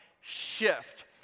Shift